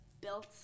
Built